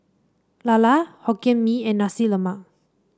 lala Hokkien Mee and Nasi Lemak